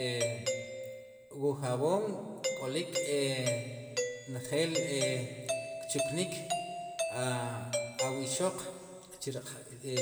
E wu jaboon k'olik njel e kchuknik a wixoq chi